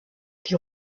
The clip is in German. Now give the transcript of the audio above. die